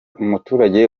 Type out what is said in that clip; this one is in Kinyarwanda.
umuturage